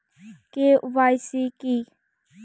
KYC কী?